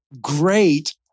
great